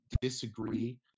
disagree